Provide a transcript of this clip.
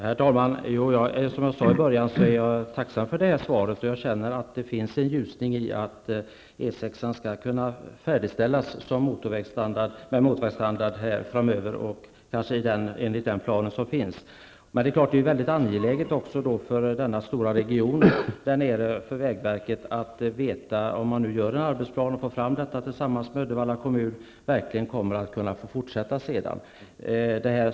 Herr talman! Som jag sade i början är jag tacksam för svaret. Jag känner att det finns en ljusning för att E 6-an skall kunna färdigställas och få motorvägsstandard enligt den plan som finns. Men det är klart att det är mycket angeläget för denna stora region och för vägverket, om man gör en arbetsplan och får fram detta tillsammans med Uddevalla kommun, att få veta om man verkligen kommer att få fortsätta sedan.